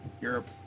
Europe